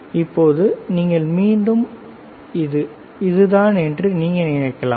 இப்போது நீங்கள் மீண்டும் இது இதுதான் என்று நீங்கள் நினைக்கலாம்